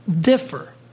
differ